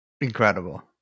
Incredible